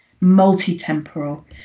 multi-temporal